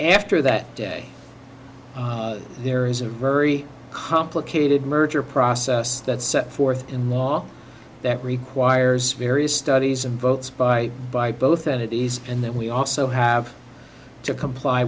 after that day there is a very complicated merger process that's set forth in law that requires various studies and votes by by both entities and that we also have to comply